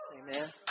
Amen